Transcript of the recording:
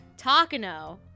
Takano